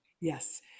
Yes